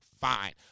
fine